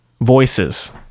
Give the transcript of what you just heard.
voices